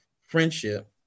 friendship